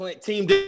Team